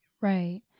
Right